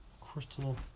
Crystal